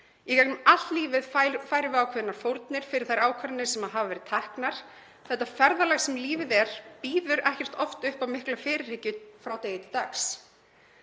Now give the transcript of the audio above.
Í gegnum allt lífið færum við ákveðnar fórnir fyrir þær ákvarðanir sem hafa verið teknar. Þetta ferðalag sem lífið er býður ekkert oft upp á mikla fyrirhyggju frá degi til dags